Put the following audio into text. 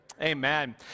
Amen